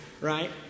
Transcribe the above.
right